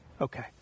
Okay